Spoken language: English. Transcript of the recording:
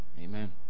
Amen